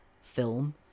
film